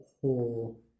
whole